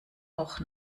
auch